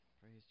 Praise